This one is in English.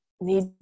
need